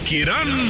Kiran